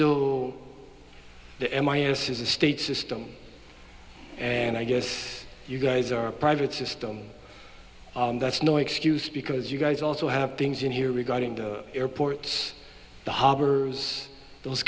though the m i a s is a state system and i guess you guys are a private system that's no excuse because you guys also have things in here regarding the airports the harbor those